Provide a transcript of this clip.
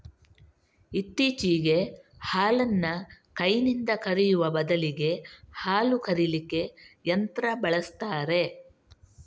ಇತ್ತೀಚೆಗೆ ಹಾಲನ್ನ ಕೈನಿಂದ ಕರೆಯುವ ಬದಲಿಗೆ ಹಾಲು ಕರೀಲಿಕ್ಕೆ ಯಂತ್ರ ಬಳಸ್ತಾರೆ